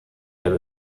der